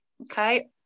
okay